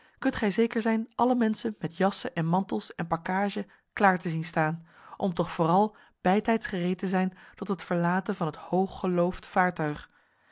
kunt gij zeker zijn alle menschen met jassen en mantels en pakkage klaar te zien staan om toch vooral bijtijds gereed te zijn tot het verlaten van het hooggeloofd vaartuig